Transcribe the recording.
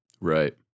right